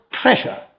pressure